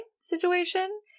situation